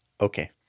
Okay